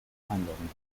einloggen